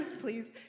please